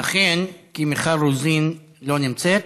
אכן, כי מיכל רוזין לא נמצאת,